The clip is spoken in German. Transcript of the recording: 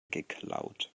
geklaut